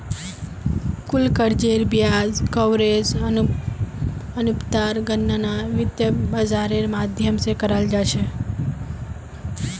कुल कर्जेर ब्याज कवरेज अनुपातेर गणना वित्त बाजारेर माध्यम से कराल जा छे